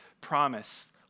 promise